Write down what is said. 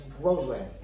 Roseland